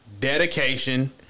dedication